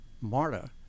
MARTA